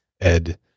Ed